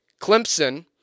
Clemson